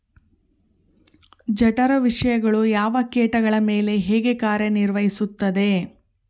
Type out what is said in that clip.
ಜಠರ ವಿಷಯಗಳು ಯಾವ ಕೇಟಗಳ ಮೇಲೆ ಹೇಗೆ ಕಾರ್ಯ ನಿರ್ವಹಿಸುತ್ತದೆ?